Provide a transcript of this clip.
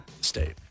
state